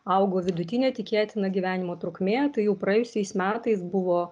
augo vidutinė tikėtina gyvenimo trukmė tai jau praėjusiais metais buvo